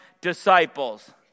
disciples